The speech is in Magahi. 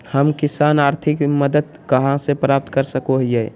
हम किसान आर्थिक मदत कहा से प्राप्त कर सको हियय?